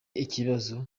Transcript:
ikibazo